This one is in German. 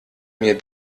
mir